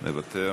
מוותר,